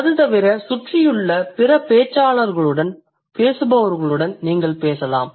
அது தவிர சுற்றியுள்ள பிற பேச்சாளர்களுடன் நீங்கள் பேசலாம்